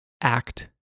act